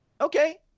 Okay